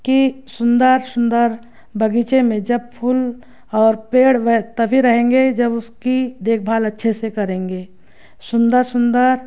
की सुंदर सुंदर बगीचे में जब फूल और पेड़ वह तभी रहेंगे जब उसकी देखभाल अच्छे से करेंगे सुंदर सुंदर